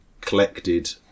collected